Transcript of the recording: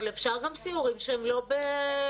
אבל אפשר גם סיורים שהם לא ממונעים.